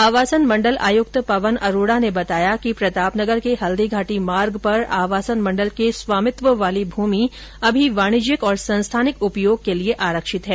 आवासन मंडल आयुक्त पवन अरोड़ा ने बताया कि प्रतापनगर के हल्दीघाटी मार्ग पर आवासन मंडल के स्वामित्व वाली भूमि अर्भी वाणिज्यिक और संस्थानिक उपयोग के लिए आरक्षित है